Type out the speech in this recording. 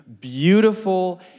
beautiful